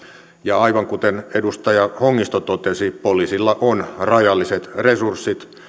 ja aivan kuten edustaja hongisto totesi poliisilla on rajalliset resurssit